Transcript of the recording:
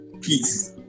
Peace